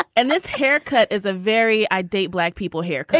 and this haircut is a very i'd date black people here.